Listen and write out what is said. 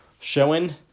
showing